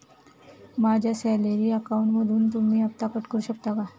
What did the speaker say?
माझ्या सॅलरी अकाउंटमधून तुम्ही हफ्ता कट करू शकता का?